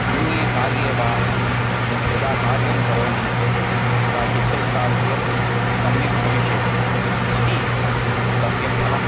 अ अन्ये कार्ये वा यदा कार्यं करोमि तदा चित्तैकाग्र्यं सम्यक् भविष्यति इति तस्य फलम्